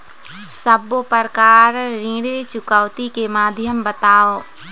सब्बो प्रकार ऋण चुकौती के माध्यम बताव?